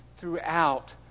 throughout